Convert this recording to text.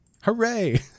Hooray